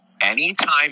Anytime